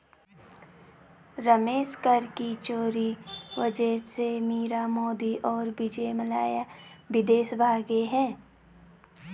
रमेश कर के चोरी वजह से मीरा मोदी और विजय माल्या विदेश भागें हैं